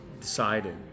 decided